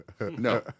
No